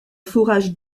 forage